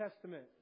Testament